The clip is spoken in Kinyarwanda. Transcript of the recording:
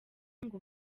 ngo